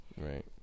Right